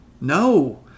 No